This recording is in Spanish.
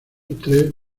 tres